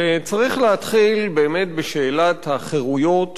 וצריך להתחיל באמת בשאלת החירויות